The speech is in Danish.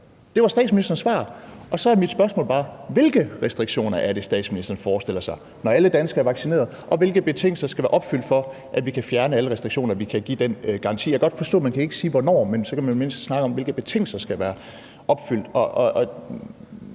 Det var statsministerens svar. Og så er mit spørgsmål bare: Hvilke restriktioner er det, statsministeren forestiller sig, når alle danskere er vaccineret? Og hvilke betingelser skal være opfyldt for, at vi kan fjerne alle restriktioner – i forhold til at man kan give den garanti? Og jeg kan godt forstå, at man ikke kan sige hvornår, men så kan man i det mindste snakke om, hvilke betingelser der skal være opfyldt.